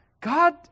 God